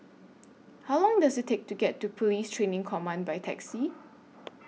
How Long Does IT Take to get to Police Training Command By Taxi